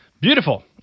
Beautiful